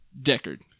Deckard